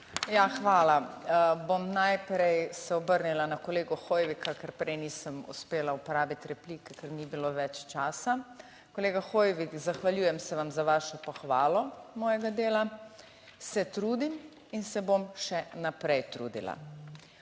Hvala. Bom najprej se obrnila na kolega Hoivika, ker prej nisem uspela uporabiti replike, ker ni bilo več časa. Kolega Hoivik, zahvaljujem se vam za vašo pohvalo mojega dela, se trudim in se bom še naprej trudila.